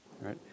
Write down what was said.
right